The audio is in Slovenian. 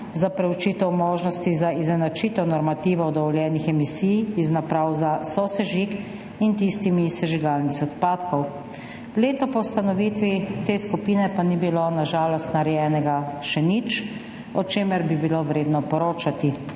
za preučitev možnosti za izenačitev normativov dovoljenih emisij iz naprav za sosežig in tistimi iz sežigalnic odpadkov. Leto po ustanovitvi te skupine pa ni bilo na žalost narejenega še nič, o čemer bi bilo vredno poročati.